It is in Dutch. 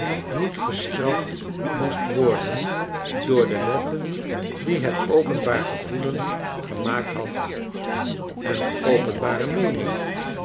niet gestraft moest worden door de wetten die het openbaar gevoelen gemaakt had en de openbare meening